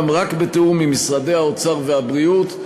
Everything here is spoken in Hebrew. רק בתיאום עם משרדי האוצר והבריאות.